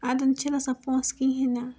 اَڈٮ۪ن چھِنہٕ آسان پۅنٛسہٕ کِہیٖنٛۍ نہٕ